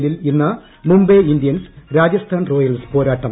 എല്ലിൽ ഇന്ന് Mumbai Indians Rajasthan Royals പോരാട്ടം